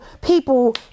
people